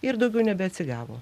ir daugiau nebeatsigavo